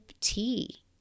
tea